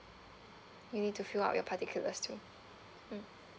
you need to fill out your particulars too mm